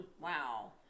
Wow